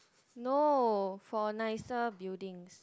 no for nicer buildings